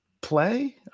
play